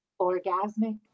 orgasmic